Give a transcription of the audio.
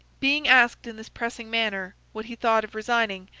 being asked in this pressing manner what he thought of resigning,